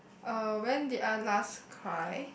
uh when did I last cry